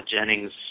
Jennings